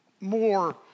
more